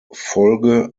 folge